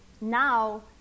now